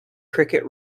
cricket